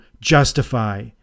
justify